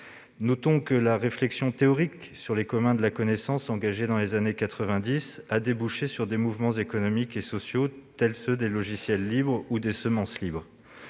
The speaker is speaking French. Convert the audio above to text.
Notons que la réflexion théorique sur les « communs de la connaissance », engagée dans les années 1990 a débouché sur des mouvements économiques et sociaux, tels que ceux des « logiciels libres » ou des « semences libres